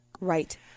Right